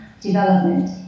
development